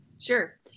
Sure